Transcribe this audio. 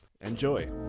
Enjoy